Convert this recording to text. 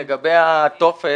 לגבי הטופס,